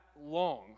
long